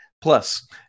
plus